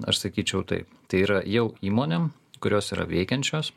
aš sakyčiau taip tai yra jau įmonėm kurios yra veikiančios